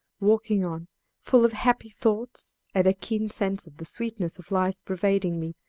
walking on full of happy thoughts and a keen sense of the sweetness of life pervading me,